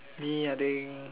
me I think